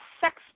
sex